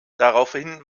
daraufhin